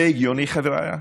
זה הגיוני, חבריא?